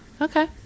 okay